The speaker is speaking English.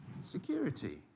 Security